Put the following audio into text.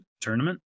tournament